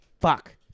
Fuck